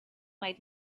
might